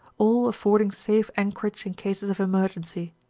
all affording safe anchorage in cases of emergency.